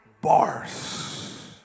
Bars